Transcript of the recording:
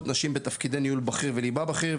נשים בתפקידי ניהול בכיר וליבה בכיר.